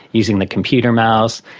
using the computer mouse.